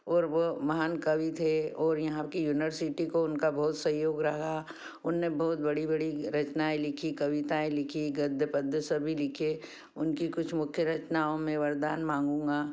और वो महान कवि थे और यहाँ की यूनिवर्सिटी को उनका बहुत सहयोग रहा उन्होंने बहुत बड़ी बड़ी रचनाएँ लिखीं कविताएँ लिखीं गद्य पद्य सभी लिखे उनकी कुछ मुख्य रचनाओं में वरदान माँगूँगा